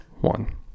one